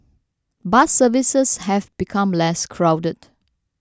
bus services have become less crowded